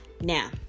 Now